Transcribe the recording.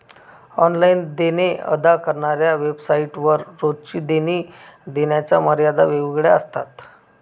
online देणे अदा करणाऱ्या वेबसाइट वर रोजची देणी देण्याच्या मर्यादा वेगवेगळ्या असतात